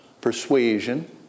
persuasion